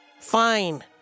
Fine